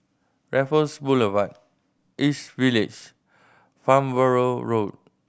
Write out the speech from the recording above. Raffles Boulevard East Village Farnborough Road